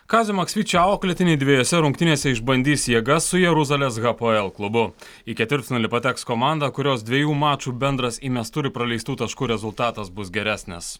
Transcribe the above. kazio maksvyčio auklėtiniai dvejose rungtynėse išbandys jėgas su jeruzalės hapoel klubu į ketvirtfinalį pateks komanda kurios dviejų mačų bendras įmestų ir praleistų taškų rezultatas bus geresnis